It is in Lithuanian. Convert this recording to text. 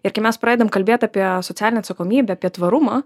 ir kai mes pradedam kalbėt apie socialinę atsakomybę apie tvarumą